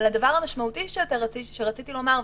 אבל הדבר המשמעותי שרציתי לומר,